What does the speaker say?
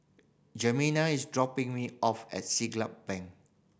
Jemima is dropping me off at Siglap Bank